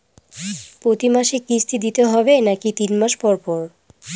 প্রতিমাসে কিস্তি দিতে হবে নাকি তিন মাস পর পর?